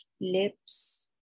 lips